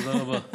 תודה רבה.